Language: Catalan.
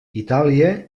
itàlia